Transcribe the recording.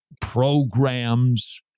programs